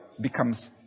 becomes